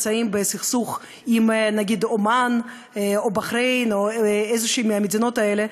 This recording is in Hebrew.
נמצאים בסכסוך עם עומאן או בחריין או איזו מדינה מהמדינות האלה,